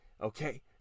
okay